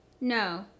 no